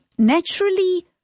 naturally